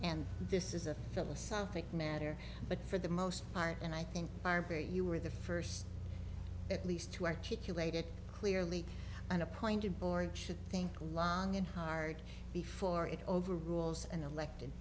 and this is a philosophic matter but for the most part and i think barbara you were the first at least to articulate it clearly an appointed board should think long and hard before it over rules and elected